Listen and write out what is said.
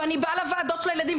ואני באה לוועדות של הילדים,